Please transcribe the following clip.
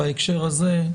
בהקשר הזה,